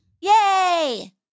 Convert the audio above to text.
Yay